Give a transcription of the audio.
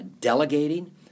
delegating